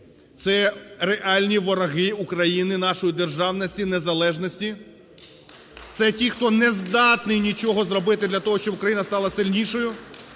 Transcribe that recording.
це реальні вороги України, нашої державності, незалежності. Це ті, хто не здатний нічого зробити для того, щоб Україна стала сильнішою,